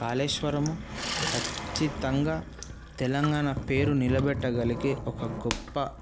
కాళేశ్వరము ఖచ్చితంగా తెలంగాణ పేరు నిలబెట్టగలిగే ఒక గొప్ప